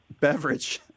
beverage